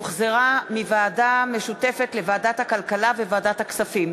שהוחזרה מוועדה משותפת לוועדת הכלכלה וועדת הכספים.